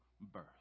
birth